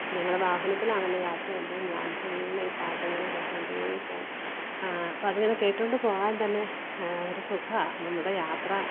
ഞങ്ങൾ വാഹനത്തിലാണല്ലോ യാത്ര ചെയ്യുമ്പോഴും ഞാന് ഫുള്ള് ഈ പാട്ട് ഇങ്ങനെ കേട്ടോണ്ടേ പോവും അപ്പോൾ അതിങ്ങനെ കേട്ടോണ്ട് പോവാന് തന്നെ ഒരു സുഖാമാണ് നമ്മുടെ യാത്ര